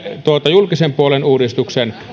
julkisen puolen uudistuksen